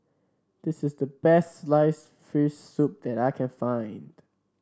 this is the best sliced fish soup that I can find